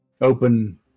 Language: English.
open